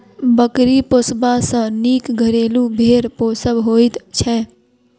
बकरी पोसबा सॅ नीक घरेलू भेंड़ पोसब होइत छै